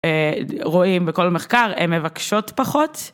רואים בכל מחקר הם מבקשות פחות.